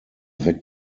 weckt